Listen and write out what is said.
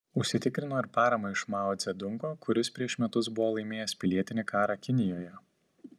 užsitikrino ir paramą iš mao dzedungo kuris prieš metus buvo laimėjęs pilietinį karą kinijoje